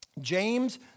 James